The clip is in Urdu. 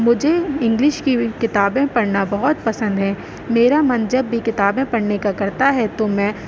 مجھے انگلش کی کتابیں پڑھنا بہت پسند ہیں میرا من جب بھی کتابیں پڑھنے کا کرتا ہے تو میں